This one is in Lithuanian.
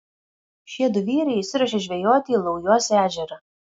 šie du vyrai išsiruošė žvejoti į laujos ežerą